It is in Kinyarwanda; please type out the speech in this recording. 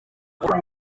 ubu